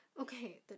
Okay